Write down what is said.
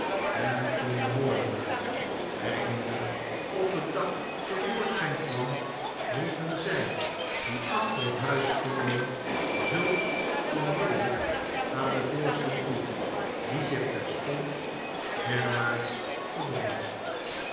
en toen de moordenaar eindelijk op het dak te voorschijn kwam riepen rij die achter het huis stonden zulks onmiddellijk aan de voorsten toe die zich terstond derwaarts verdrongen